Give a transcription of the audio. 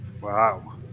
Wow